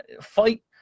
Fight